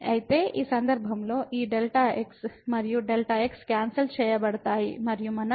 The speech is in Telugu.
అయితే ఈ సందర్భంలో ఈ Δx మరియు Δx క్యాన్సల్ చేయబడతాయి మరియు మనం Δx 0